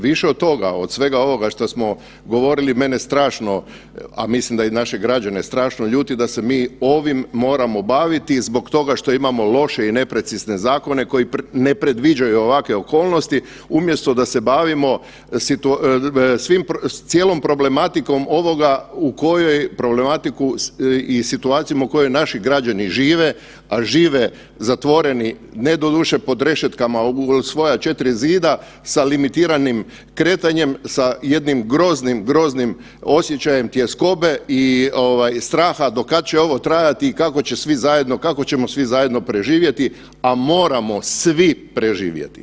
Više od toga, od svega ovoga što smo govorili mene strašno, a mislim da i naše građane strašno ljuti da se mi ovim moramo baviti zbog toga što imamo loše i neprecizne zakone koji ne predviđaju ovakve okolnosti umjesto da se bavimo cijelom problematikom ovoga u kojoj problematiku i situacijama u kojima naši građani žive, a žive zatvoreni, ne doduše pod rešetkama u svoja 4 zida, sa limitiranim kretanjem, sa jednim groznim, groznim osjećajem tjeskobe i straha dokad će ovo trajati i kako će svi zajedno, kako ćemo svi zajedno preživjeti, a moramo svi preživjeti.